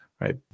right